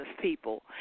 people